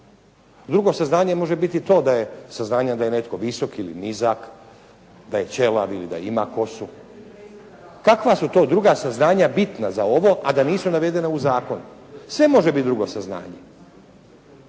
Drugo saznanje može biti to da je, saznanje da je netko visok ili nizak, da je ćelav ili da ima kosu. Kakva su to druga saznanja bitna za ovo a da nisu navedena u zakonu? Sve može biti drugo saznanje.